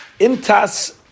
Intas